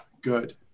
Good